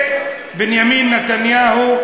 ממשלת בנימין נתניהו,